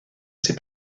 ses